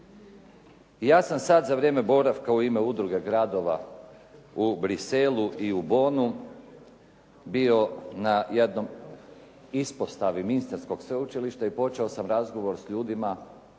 Ja sam sad za vrijeme boravaka u ime Udruge gradova u Bruxellesu i u Bonnu bio na jednoj ispostavi ministarskog sveučilišta i počeo sam razgovor s ljudima